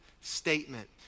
statement